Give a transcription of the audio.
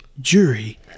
jury